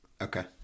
Okay